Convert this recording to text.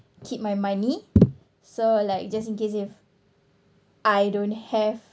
keep my money so like just in case if I don't have